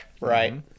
right